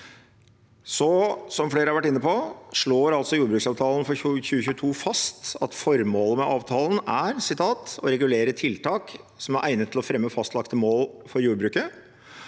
på, slår altså jordbruksavtalen for 2022 fast at formålet med avtalen er «å regulere tiltak som er egnet til å fremme fastlagte mål for jordbruket».